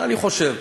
אני חושב.